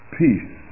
peace